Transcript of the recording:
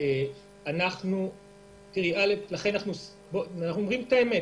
אנחנו אומרים את האמת,